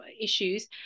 issues